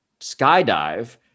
skydive